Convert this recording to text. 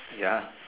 ya